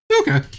Okay